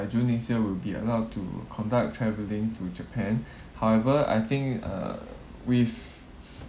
by june next year will be allowed to conduct travelling to japan however I think uh with